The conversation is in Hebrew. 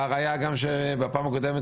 והראיה גם שבפעם הקודמת,